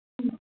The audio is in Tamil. ம்